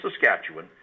Saskatchewan